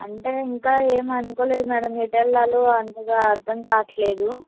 అంటే ఇంకా ఏం అనుకోలేదు మ్యాడమ్ ఎటు వెళ్ళాలో అంతగా అర్థం కావట్లేదు